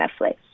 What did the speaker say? Netflix